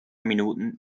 minuten